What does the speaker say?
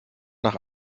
nach